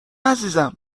عزیزم